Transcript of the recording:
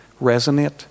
resonate